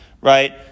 right